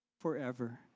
forever